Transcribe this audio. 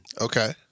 Okay